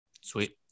Sweet